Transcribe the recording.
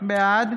בעד